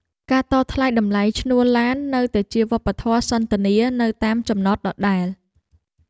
ការតថ្លៃតម្លៃឈ្នួលឡាននៅតែជាវប្បធម៌សន្ទនានៅតាមចំណតដដែល។